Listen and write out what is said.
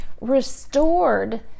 restored